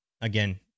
again